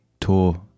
tour